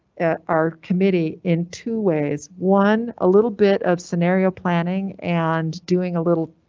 our committee in two ways. one, a little bit of scenario planning and doing a little